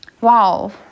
Wow